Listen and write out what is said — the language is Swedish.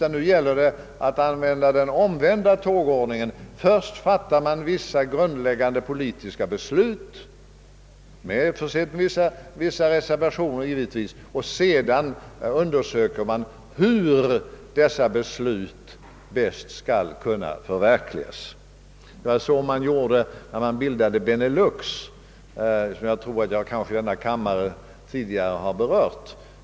Nej, nu gäller det att tillämpa den omvända tågordningen: först fattar man vissa grundläggande beslut — möjligen försedda med en del reservationer — och sedan undersöker man hur dessa beslut bäst skall kunna förverkligas. Det var så man gjorde när man bildade Benelux; jag tror att jag tidigare redogjort för den saken här i kammaren.